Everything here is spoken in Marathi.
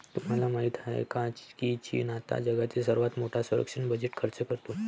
तुम्हाला माहिती आहे का की चीन आता जगातील सर्वात मोठा संरक्षण बजेट खर्च करतो?